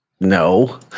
no